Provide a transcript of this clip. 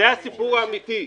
זה הסיפור האמיתי,